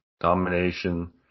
Domination